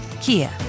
Kia